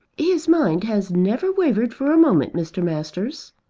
his mind has never wavered for a moment, mr. masters.